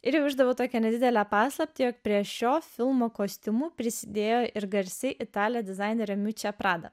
ir jau išdaviau tokią nedidelę paslaptį jog prie šio filmo kostiumų prisidėjo ir garsi italė dizainerė miučia prada